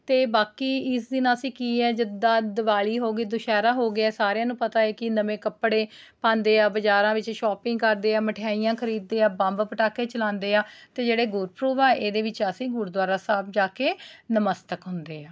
ਅਤੇ ਬਾਕੀ ਇਸ ਦਿਨ ਅਸੀਂ ਕੀ ਹੈ ਜਿੱਦਾਂ ਦੀਵਾਲੀ ਹੋ ਗਈ ਦੁਸਹਿਰਾ ਹੋ ਗਿਆ ਸਾਰਿਆਂ ਨੂੰ ਪਤਾ ਹੈ ਕਿ ਨਵੇਂ ਕੱਪੜੇ ਪਾਉਂਦੇ ਆ ਬਜ਼ਾਰਾਂ ਵਿੱਚ ਸ਼ੋਪਿੰਗ ਕਰਦੇ ਆ ਮਠਿਆਈਆਂ ਖਰੀਦਦੇ ਆ ਬੰਬ ਪਟਾਕੇ ਚਲਾਉਂਦੇ ਆ ਅਤੇ ਜਿਹੜੇ ਗੁਰਪੁਰਬ ਆ ਇਹਦੇ ਵਿੱਚ ਅਸੀਂ ਗੁਰਦੁਆਰਾ ਸਾਹਿਬ ਜਾ ਕੇ ਨਤਮਸਤਕ ਹੁੰਦੇ ਆ